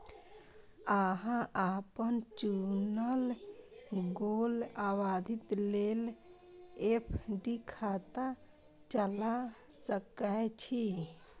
अहां अपन चुनल गेल अवधि लेल एफ.डी खाता चला सकै छी